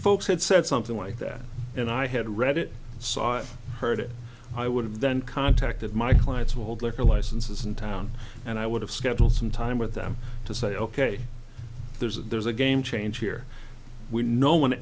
folks had said something like that and i had read it saw or heard it i would have then contacted my client's old liquor licenses in town and i would have schedule some time with them to say ok there's a there's a game change here we no one